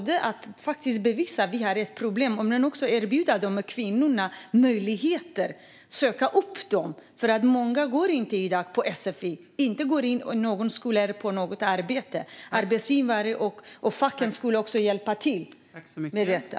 Då kan vi både bevisa att vi har ett problem och söka upp de här kvinnorna och erbjuda dem möjligheter. Många går inte på sfi i dag. De går inte i någon skola och har inte något arbete. Arbetsgivare och fack skulle också kunna hjälpa till med detta.